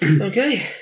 Okay